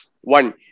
one